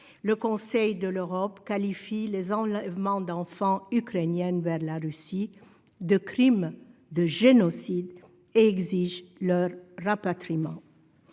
le Conseil de l'Europe qualifie les enlèvements d'enfants ukrainiens vers la Russie de crimes de génocide et exige leur rapatriement.